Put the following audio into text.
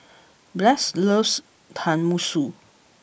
Blas loves Tenmusu